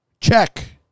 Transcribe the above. check